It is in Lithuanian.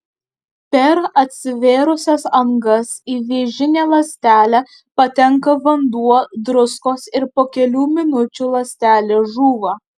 per atsivėrusias angas į vėžinę ląstelę patenka vanduo druskos ir po kelių minučių ląstelė žūva